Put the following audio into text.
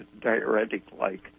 diuretic-like